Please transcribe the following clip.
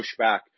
pushback